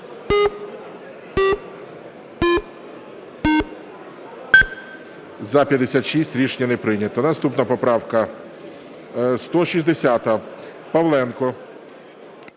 За-56 Рішення не прийнято. Наступна поправка 160, Павленко.